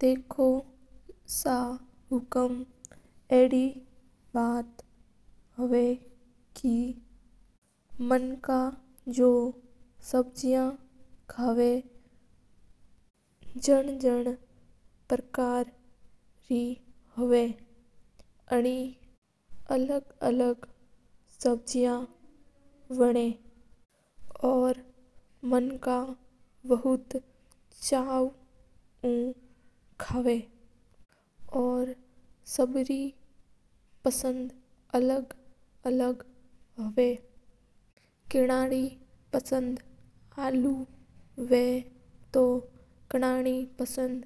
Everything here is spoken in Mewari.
देखो सा हुकूम एडी बात हवा के मणका अलग-अलग प्रकार रे सब्जेया बनावा और बना कावा है। और केणा री पसंद गोबी हवा तो केणा रोइ पसंद